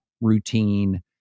routine